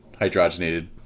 hydrogenated